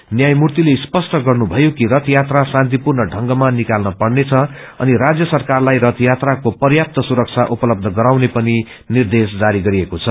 न्यायमूर्तिले स्पष्ट गर्नुभयो कि रच यात्रा शान्तिपूर्ण ढंगमा निकाल्न पर्नेछ अनि राष्ट्र सरकारलाई रथयात्राको प्यास्त सुरक्षा उपलब्ध गराउने पनि निद्रेश जारी गरेको छ